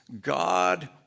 God